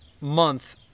month